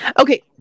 okay